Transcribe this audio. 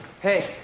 hey